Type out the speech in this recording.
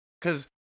Cause